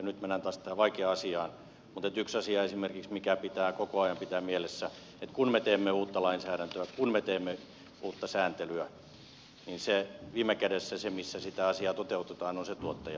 nyt mennään taas tähän vaikeaan asiaan mutta yksi asia esimerkiksi mikä pitää koko ajan pitää mielessä on se että kun me teemme uutta lainsäädäntöä kun me teemme uutta sääntelyä niin viime kädessä se missä sitä asiaa toteutetaan on se tuottaja